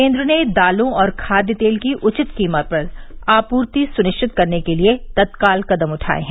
केन्द्र ने दालों और खाद्य तेल की उचित कीमत पर आपूर्ति सुनिश्चित करने के लिए तत्काल कदम उठाये हैं